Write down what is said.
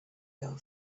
girl